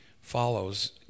follows